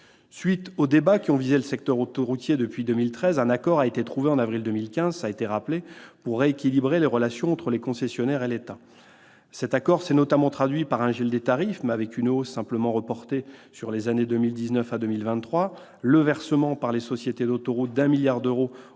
vifs débats qui ont visé le secteur autoroutier depuis 2013, un accord a été trouvé au mois d'avril 2015 pour rééquilibrer les relations entre les concessionnaires et l'État. Cet accord s'est notamment traduit par un gel des tarifs, mais avec un report de la hausse sur les années 2019 à 2023, le versement par les sociétés d'autoroutes d'un milliard d'euros au